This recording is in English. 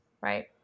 right